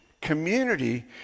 community